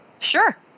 Sure